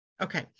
Okay